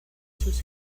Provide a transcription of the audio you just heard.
sus